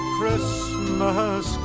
Christmas